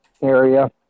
area